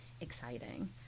exciting